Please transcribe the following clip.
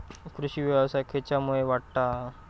कृषीव्यवसाय खेच्यामुळे वाढता हा?